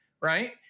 right